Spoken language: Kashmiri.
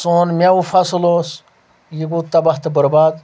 سون میٚوٕ فصٕل اوس یہِ گوٚو تباہ تہٕ بُرباد